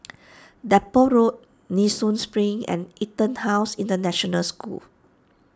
Depot Road Nee Soon Spring and EtonHouse International School